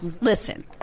Listen